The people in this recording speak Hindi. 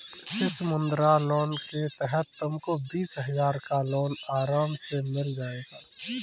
शिशु मुद्रा लोन के तहत तुमको बीस हजार का लोन आराम से मिल जाएगा